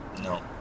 No